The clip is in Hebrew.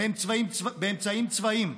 באמצעים צבאיים,